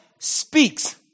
speaks